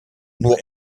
nur